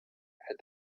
had